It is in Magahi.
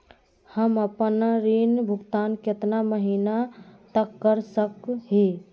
हम आपन ऋण भुगतान कितना महीना तक कर सक ही?